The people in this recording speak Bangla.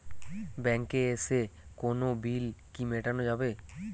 ব্যাংকে এসে কোনো বিল কি মেটানো যাবে?